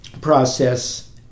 process